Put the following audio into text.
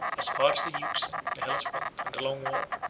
as far as the euxine, the hellespont, and the long wall,